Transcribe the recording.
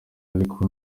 ariko